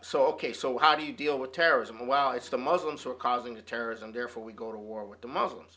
so ok so how do you deal with terrorism well it's the muslims who are causing the terrorism therefore we go to war with the muslims